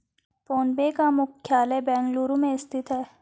phone पे का मुख्यालय बेंगलुरु में स्थित है